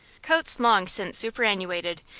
coats long since superannuated,